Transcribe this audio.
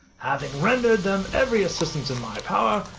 having rendered them every assistance in my power,